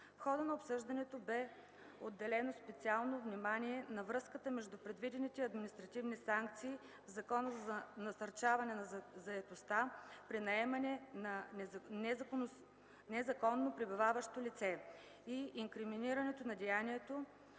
В хода на обсъждането бе отделено специално внимание на връзката между предвидените административни санкции в Закона за насърчаване на заетостта при наемане на незаконно пребиваващо лице и инкриминирането на деянието,